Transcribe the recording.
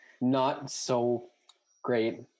not-so-great